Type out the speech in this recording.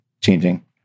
changing